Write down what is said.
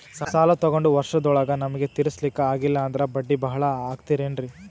ಸಾಲ ತೊಗೊಂಡು ವರ್ಷದೋಳಗ ನಮಗೆ ತೀರಿಸ್ಲಿಕಾ ಆಗಿಲ್ಲಾ ಅಂದ್ರ ಬಡ್ಡಿ ಬಹಳಾ ಆಗತಿರೆನ್ರಿ?